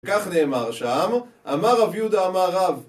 כך נאמר שם אמר רב יהודה אמר רב